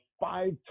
five